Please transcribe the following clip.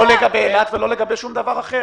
לא לגבי אילת וגם לא לגבי שום דבר אחר.